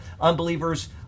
Unbelievers